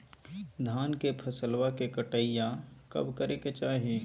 धान के फसलवा के कटाईया कब करे के चाही?